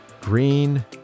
green